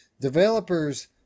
Developers